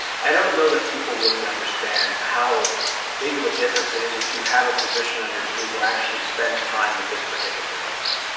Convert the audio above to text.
i don't know that people really understand how big of a difference it is if you have a physician on your team who actually spends time with this particular illness.